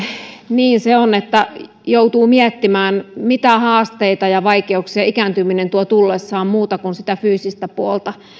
niin se on että joutuu miettimään mitä haasteita ja vaikeuksia ikääntyminen tuo tullessaan muualle kuin siihen fyysiseen puoleen